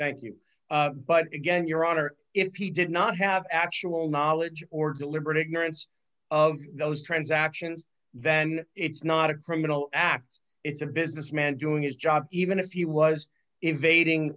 thank you but again your honor if he did not have actual knowledge or deliberate ignorance of those transactions then it's not a criminal act it's a businessman doing his job even if he was evading